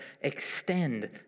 extend